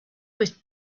was